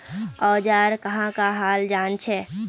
औजार कहाँ का हाल जांचें?